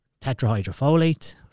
tetrahydrofolate